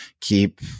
keep